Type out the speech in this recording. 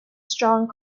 strong